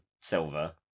silver